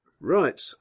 Right